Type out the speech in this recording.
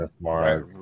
right